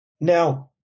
Now